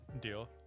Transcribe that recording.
deal